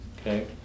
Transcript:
okay